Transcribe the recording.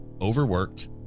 overworked